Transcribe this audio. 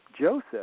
Joseph